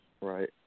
right